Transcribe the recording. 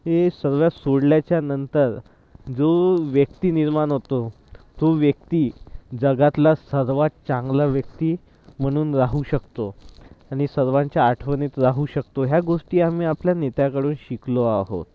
हे सर्व सोडल्याच्या नंतर जो व्यक्ती निर्माण होतो तो व्यक्ती जगातला सर्वात चांगला व्यक्ती म्हणून राहू शकतो आणि सर्वांच्या आठवणीत राहू शकतो ह्या गोष्टी आम्ही आपल्या नेत्याकडून शिकलो आहो